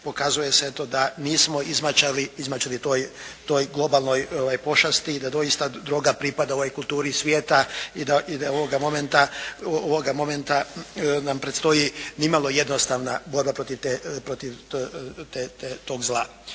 pokazuje se eto, da nismo izmaćali toj globalnoj pošasti i da doista droga pripada kulturi svijeta i da je ovoga momenta nam predstoji nimalo jednostavna borba protiv tog zla.